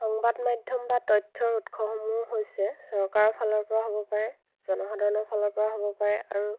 সংবাদ মাধ্যম বা তথ্যৰ উৎসসমূহ হৈছে চৰকাৰৰ ফালৰ পৰা হ'ব পাৰে জনসাধাৰণৰ ফালৰ পৰা হ'ব পাৰে আৰু